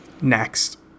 Next